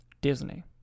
Disney